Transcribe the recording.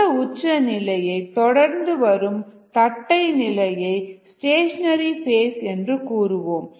இந்த உச்ச நிலையை தொடர்ந்து வரும் தட்டை நிலையை ஸ்டேஷனரி ஃபேஸ் என்று கூறுவோம்